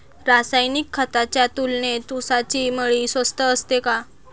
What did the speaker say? रासायनिक खतांच्या तुलनेत ऊसाची मळी स्वस्त असते का?